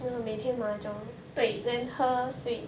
对